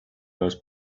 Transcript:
those